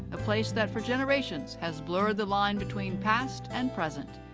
a place that for generations, has blurred the line between past and present.